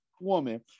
woman